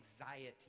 anxiety